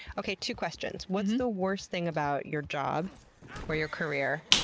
okay. two questions. what's the worst thing about your job or your career?